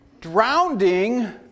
Drowning